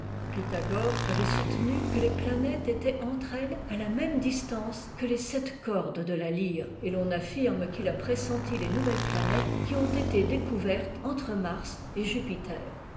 pythagore avait soutenu que les planètes étaient entre elles à la même distance que les sept cordes de la lyre et l'on affirme qu'il a pressenti les nouvelles planètes qui ont été découvertes entre mars et jupiter